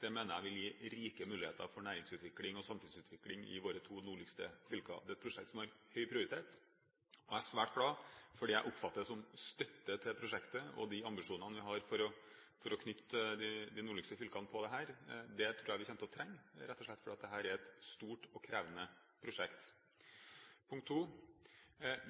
Det mener jeg vil gi rike muligheter for næringsutvikling og samfunnsutvikling i våre to nordligste fylker. Det er et prosjekt som har høy prioritet. Jeg er svært glad for det jeg oppfatter som støtte til prosjektet og de ambisjonene vi har om å knytte de nordligste fylkene til dette. Det tror jeg vi rett og slett kommer til å trenge, fordi dette er et stort og krevende prosjekt. Punkt 2: